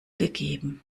gegeben